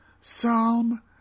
Psalm